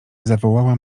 zawołała